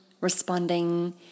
responding